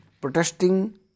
protesting